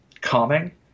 calming